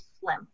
slim